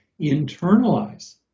internalize